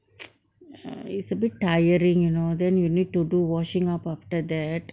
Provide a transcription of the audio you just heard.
err it's a bit tiring you know then you need to do washing up after that